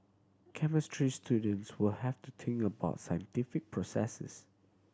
chemistry students will have to think about scientific processes